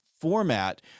format